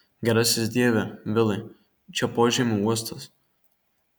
gerasis dieve vilai čia požemių uostas